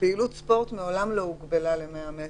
פעילות ספורט מעולם לא הוגבלה ל-100 מטר.